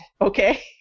okay